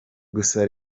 gusa